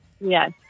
Yes